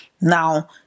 Now